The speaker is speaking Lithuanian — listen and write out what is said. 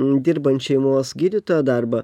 dirbant šeimos gydytojo darbą